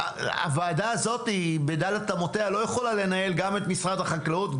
הוועדה הזו בד' אמותיה לא יכולה לנהל גם את משרד החקלאות,